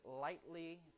lightly